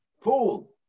Fool